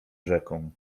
rzeką